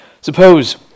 suppose